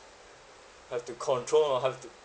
have to control ah have to